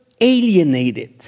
alienated